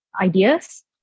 ideas